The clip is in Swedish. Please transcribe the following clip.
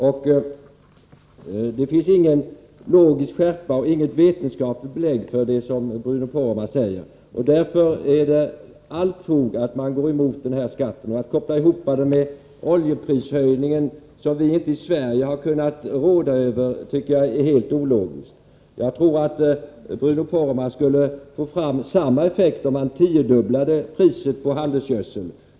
Det finns alltså ingen logisk skärpa i och inget vetenskapligt belägg för det som Bruno Poromaa säger. Därför finns det alla skäl att gå emot denna skatt. Att koppla samman den med oljeprishöjningen, som vi i Sverige inte har kunnat råda över, tycker jag är helt ologiskt. Jag tror att Bruno Poromaa skulle få fram samma effekt om han tiodubblade priset på handelsgödseln.